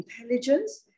intelligence